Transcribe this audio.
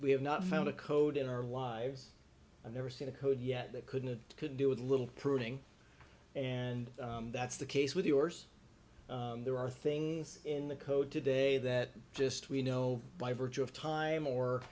we have not found a code in our lives i've never seen a code yet that couldn't couldn't do with a little pruning and that's the case with the orse there are things in the code today that just we know by virtue of time